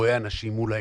רואה אנשים מול העיניים.